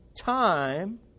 time